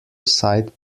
side